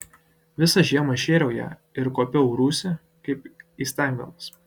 visą žiemą šėriau ją ir kuopiau rūsį kaip įstengdamas